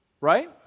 Right